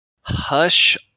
Hush